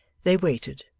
they waited,